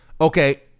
okay